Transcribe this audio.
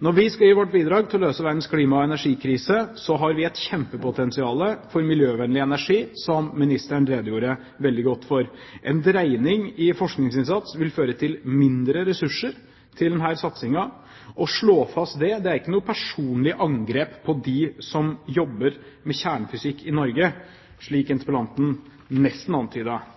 Når vi skal gi vårt bidrag til å løse verdens klima- og energikrise, har vi et kjempepotensial for miljøvennlig energi som ministeren redegjorde veldig godt for. En dreining i forskningsinnsats vil føre til mindre ressurser til denne satsingen. Å slå fast det er ikke noe personlig angrep på dem som jobber med kjernefysikk i Norge, slik interpellanten nesten